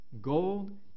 gold